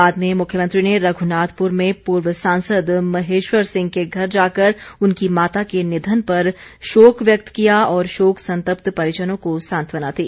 बाद में मुख्यमंत्री ने रघुनाथपुर में पूर्व सांसद महेश्वर सिंह के घर जाकर उनकी माता के निधन पर शोक व्यक्त किया और शोक संतप्त परिजनों को सांत्वना दी